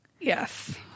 Yes